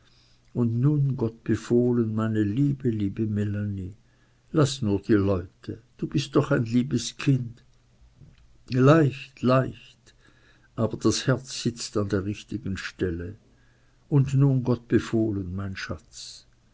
und nun gott befohlen meine liebe liebe melanie laß nur die leute du bist doch ein liebes kind leicht leicht aber das herz sitzt an der richtigen stelle und nun gott befohlen mein schatz